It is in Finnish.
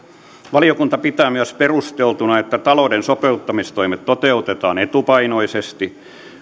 valiokunta pitää myös perusteltuna että talouden sopeuttamistoimet toteutetaan etupainoisesti